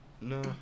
no